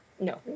No